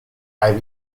hai